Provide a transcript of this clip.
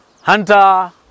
Hunter